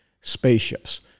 spaceships